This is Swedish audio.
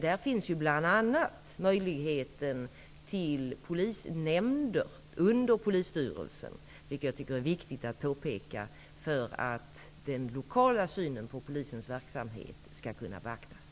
Där finns bl.a. möjligheten till att inrätta polisnämnder under polisstyrelsen -- det är viktigt att påpeka -- för att den lokala synen på polisens verksamhet skall kunna beaktas.